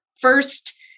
First